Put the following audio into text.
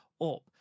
up